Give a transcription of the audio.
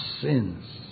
sins